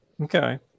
Okay